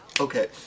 Okay